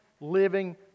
living